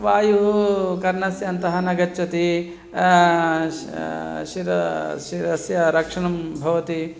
वायुः कर्णस्य अन्तः न गच्छति श् शिरः शिरसः रक्षणं भवति